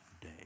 day